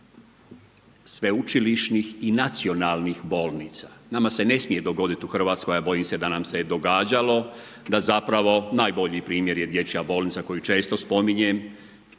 sveučilišnih i nacionalnih bolnica. Nama se ne smije dogoditi u Hrvatskoj, a bojim se da nam se događalo, da zapravo, najbolji primjer je dječja bolnica koju često spominjem,